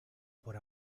por